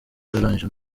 yararangije